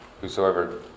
Whosoever